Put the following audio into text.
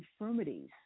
infirmities